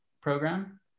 program